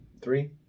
Three